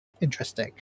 interesting